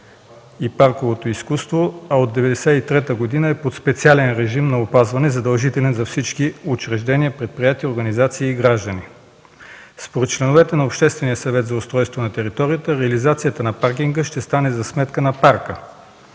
и парковото изкуство, а от 1993 г. е под специален режим на опазване – задължителен за всички учреждения, предприятия, организации и граждани. Според членовете на Обществения съвет за устройство на територията реализацията на паркинга ще стане за сметка на парка.